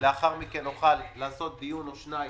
לאחר מכן נוכל לעשות דיון או שניים,